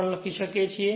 પણ લખી શકીએ છીએ